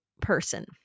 person